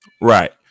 right